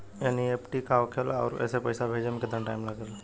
NEFT का होखे ला आउर एसे पैसा भेजे मे केतना टाइम लागेला?